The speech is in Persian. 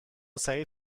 سعید